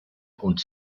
und